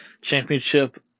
championship